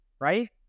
right